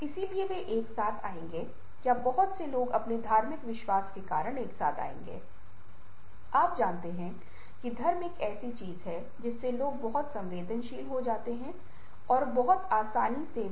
आप पाएंगे कि कुछ टाइपोग्राफी विशेषताएं आपको लालित्य स्मार्टनेस परिष्कार के बारे में बताती हैं कुछ अन्य कदम आपको पुरातनता की भावना का संचार करते हैं